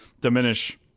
diminish